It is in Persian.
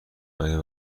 آیا